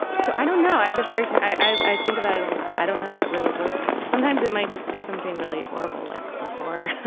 so i don't know. i get very i i think about it a lot. i don't know what really works. sometimes it might just be something really horrible like a war.